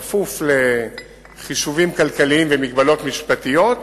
כפוף לחישובים כלכליים ומגבלות משפטיות,